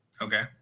Okay